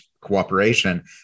cooperation